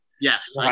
Yes